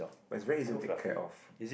but it's very easy to take care of